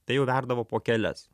tai jau verdavo po kelias